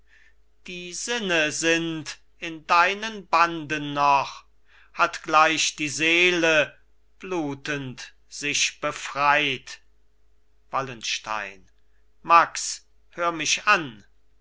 die sinne sind in deinen banden noch hat gleich die seele blutend sich befreit wallenstein max hör mich an